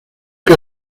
que